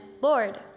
Lord